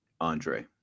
Andre